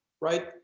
right